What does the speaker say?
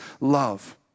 love